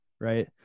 right